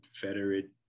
Confederate